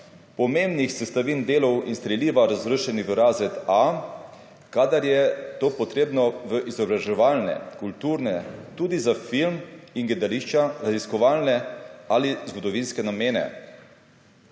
pomembnih sestavin delov in streliva razvrščenih v razred A, kadar je to potrebno v izobraževalne, kulturne, tudi za film in gledališča, raziskovalne ali zgodovinske namene.